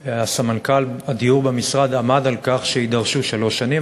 סמנכ"ל הדיור במשרד עמד על כך שיידרשו שלוש שנים,